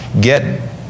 Get